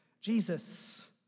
Jesus